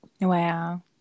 Wow